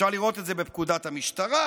אפשר לראות את זה בפקודת המשטרה,